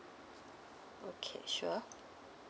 okay sure